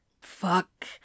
Fuck